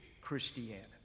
Christianity